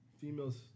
females